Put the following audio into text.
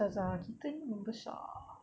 ustazah kita ni membesar